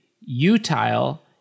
utile